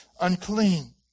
unclean